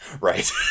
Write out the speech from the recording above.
right